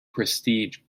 prestige